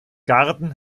garten